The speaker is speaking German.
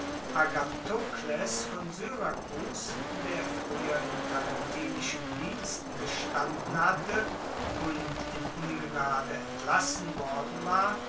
von syrakus der frueher in tarentinischen diensten gestanden hatte und in ungnade entlassen worden war